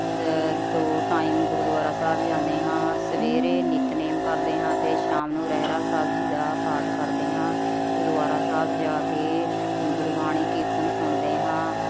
ਦ ਦੋ ਟਾਈਮ ਗੁਰਦੁਆਰਾ ਸਾਹਿਬ ਜਾਂਦੇ ਹਾਂ ਸਵੇਰੇ ਨਿਤਨੇਮ ਕਰਦੇ ਹਾਂ ਅਤੇ ਸ਼ਾਮ ਨੂੰ ਰਹਿਰਾਸ ਸਾਹਿਬ ਜੀ ਦਾ ਪਾਠ ਕਰਦੇ ਹਾਂ ਗੁਰਦੁਆਰਾ ਸਾਹਿਬ ਜਾ ਕੇ ਗੁਰਬਾਣੀ ਕੀਰਤਨ ਸੁਣਦੇ ਹਾਂ